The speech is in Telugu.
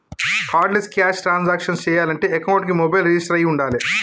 కార్డులెస్ క్యాష్ ట్రాన్సాక్షన్స్ చెయ్యాలంటే అకౌంట్కి మొబైల్ రిజిస్టర్ అయ్యి వుండాలే